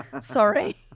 sorry